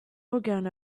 organ